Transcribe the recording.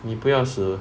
你不要死